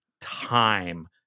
time